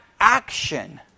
action